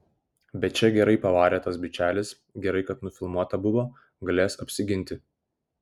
bet čia gerai pavarė tas bičelis gerai kad nufilmuota buvo galės apsiginti